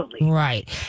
Right